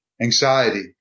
Anxiety